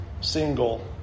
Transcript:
single